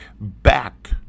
back